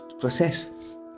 process